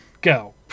Go